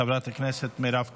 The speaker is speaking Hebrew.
חברת הכנסת מירב כהן,